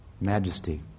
Majesty